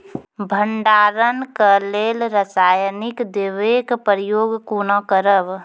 भंडारणक लेल रासायनिक दवेक प्रयोग कुना करव?